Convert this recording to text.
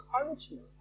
encouragement